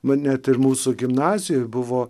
nu net ir mūsų gimnazijoj buvo